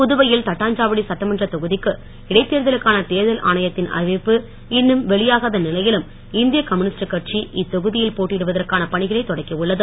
புதுவையில் தட்டாஞ்சாவடி சட்டமன்ற தொகுதிக்கு இடைத் தேர்தலுக்கான தேர்தல் இன்னும் வெளியாகாத நிலையிலும் இந்திய கம்யூனிஸ்ட் கட்சி இத்தொகுதியில் போட்டியிடுவதற்கான பணிகளைத் தொடக்கியுள்ளது